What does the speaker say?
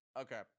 Okay